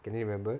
can you remember